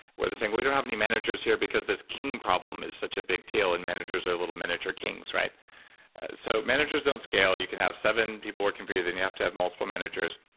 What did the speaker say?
where they're saying, we don't have any managers here because this king problem is such a big deal, and managers are little miniature kings right so managers don't scale. you can have seven people working for you, then you have to have multiple managers.